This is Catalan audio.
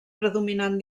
predominant